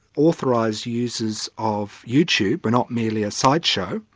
authorised users of youtube were not merely a sideshow,